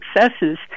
successes